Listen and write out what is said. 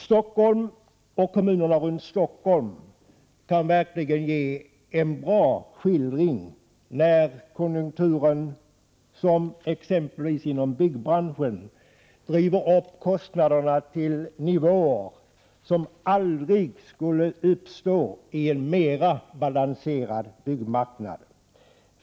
Stockholm och kommunerna runt Stockholm kan verkligen ge en bra skildring av verkligheten när konjunkturen — som inom byggbranschen — driver upp kostnanderna till nivåer som aldrig skulle uppstå i en mera balanserad byggmarknad.